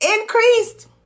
increased